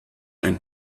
ein